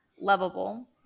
lovable